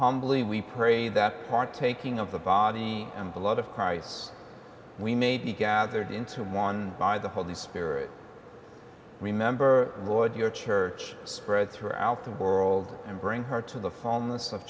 humbly we pray that partaking of the body and blood of christ we may be gathered into one by the holy spirit remember lord your church spread throughout the world and bring heart to the homeless of